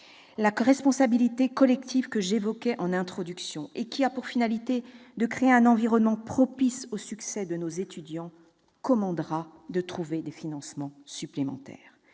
la responsabilité collective que j'évoquais en introduction, et qui a pour finalité de créer un environnement propice au succès de nos étudiants, commandera de trouver des financements supplémentaires.